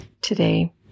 today